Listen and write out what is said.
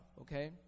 okay